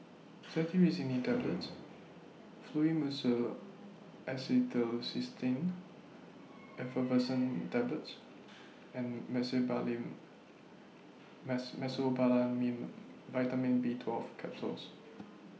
Cetirizine Tablets Fluimucil Acetylcysteine Effervescent Tablets and Mecobalamin Vitamin B twelve Capsules